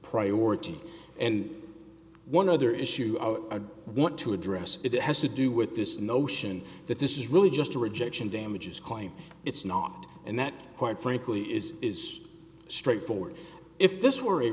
priority and one other issue i want to address it has to do with this notion that this is really just a rejection damages claim it's not and that quite frankly is straightforward if this w